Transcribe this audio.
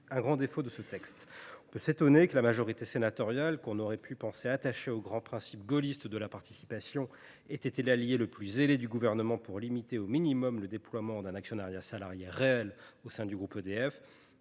un grand défaut du texte. Nous nous étonnons que la majorité sénatoriale, que nous pensions attachée au grand principe gaulliste de la participation, ait été l’allié le plus zélé du Gouvernement pour limiter au minimum le déploiement d’un actionnariat salarié réel au sein du groupe EDF.